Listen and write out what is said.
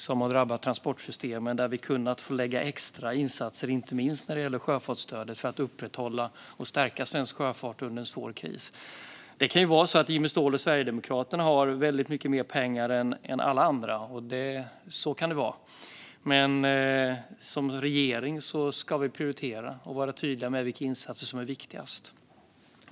När transportsystemet har drabbats har vi kunnat göra extra insatser, inte minst sjöfartsstödet, för att upprätthålla och stärka svensk sjöfart under en svår kris. Det kan vara så att Jimmy Ståhl och Sverigedemokraterna har väldigt mycket mer pengar än alla andra. Så kan det vara, men som regering ska vi prioritera och vara tydliga med vilka insatser som är viktigast.